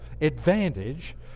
advantage